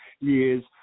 years